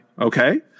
okay